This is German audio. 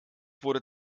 wurde